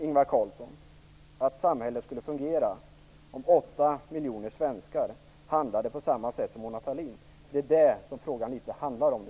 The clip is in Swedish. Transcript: Ingvar Carlsson att samhället skulle fungera om 8 Sahlin? Det är vad det handlar om nu.